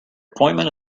appointment